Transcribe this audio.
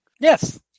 Yes